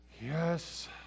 Yes